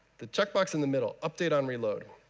the check box in the middle, update on reload.